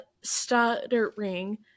stuttering